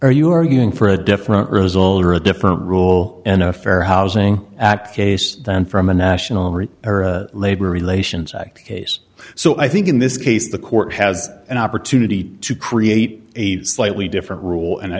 are you arguing a different result or a different rule in a fair housing act case than from a national right labor relations act case so i think in this case the court has an opportunity to create a slightly different rule and i